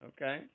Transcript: Okay